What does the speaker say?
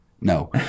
no